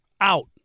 out